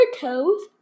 toes